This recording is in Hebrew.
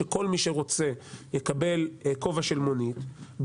שכל מי שרוצה יקבל כובע של מונית,